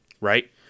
Right